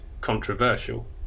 controversial